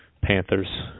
Panthers